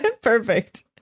Perfect